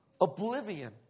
oblivion